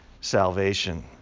salvation